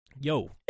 Yo